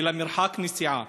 אלא מרחק נסיעה.